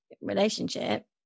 relationship